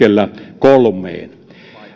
hetkellä kolmeen